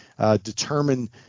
determine